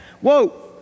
Whoa